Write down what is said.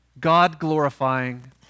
God-glorifying